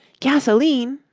gasoline!